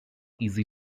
easy